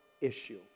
issue